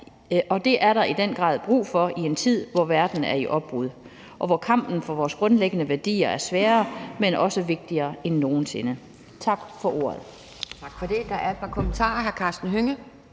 og det er der i den grad brug for i en tid, hvor verden er i opbrud, og hvor kampen for vores grundlæggende værdier er sværere, men også vigtigere end nogen sinde. Tak for ordet.